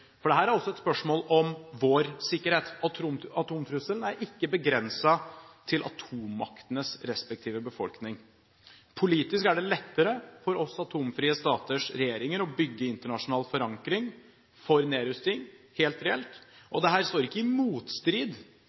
er også et spørsmål om vår sikkerhet. Atomtrusselen er ikke begrenset til atommaktenes respektive befolkning. Politisk er det lettere for oss atomfrie staters regjeringer å bygge internasjonal forankring for nedrustning helt reelt. Dette står ikke i motstrid